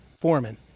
Foreman